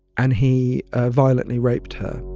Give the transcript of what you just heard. and he ah violently raped her